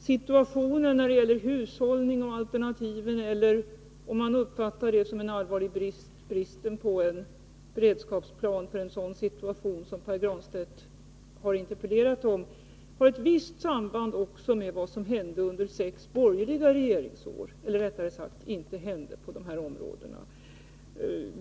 situationen när det gäller hushållning och alternativ och, om det uppfattas som en allvarlig brist, avsaknaden av en beredskapsplan — för en situation som den Pär Granstedt interpellerat om — också har ett visst samband med vad som på detta område hände under sex borgerliga regeringsår, eller rättare sagt vad som inte hände.